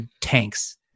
tanks